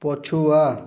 ପଛୁଆ